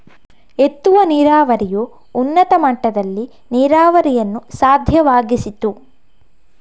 ಎತ್ತುವ ನೀರಾವರಿಯು ಉನ್ನತ ಮಟ್ಟದಲ್ಲಿ ನೀರಾವರಿಯನ್ನು ಸಾಧ್ಯವಾಗಿಸಿತು